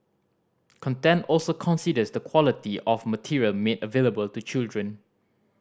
content also considers the quality of material made available to children